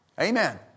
Amen